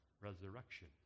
resurrection